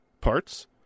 parts